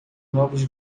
novos